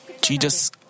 Jesus